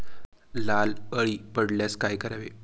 लाल अळी पडल्यास काय करावे?